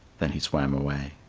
then he swam away.